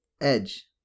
Edge